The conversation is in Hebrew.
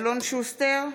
אלון שוסטר,